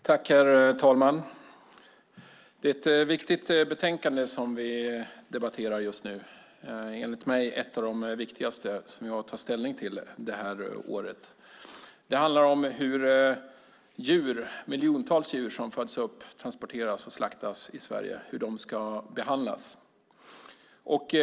Herr talman! Det är ett viktigt betänkande som vi debatterar just nu - enligt mig ett av de viktigaste som vi har att ta ställning till det här året. Det handlar om hur miljontals djur som föds upp, transporteras och slaktas i Sverige ska behandlas.